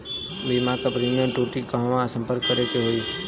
बीमा क प्रीमियम टूटी त कहवा सम्पर्क करें के होई?